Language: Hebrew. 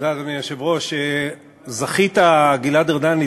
אדוני היושב-ראש, תודה, זכית, גלעד ארדן.